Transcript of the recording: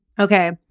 Okay